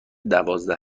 دوازده